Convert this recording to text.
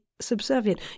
subservient